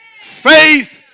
faith